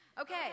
okay